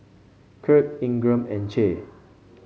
Kirk Ingram and Che